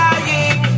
Dying